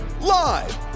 live